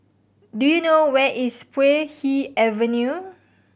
do you know where is Puay Hee Avenue